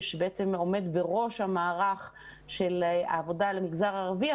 הוא עומד בראש המערך של העבודה למגזר הערבי.